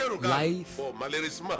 life